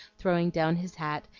throwing down his hat,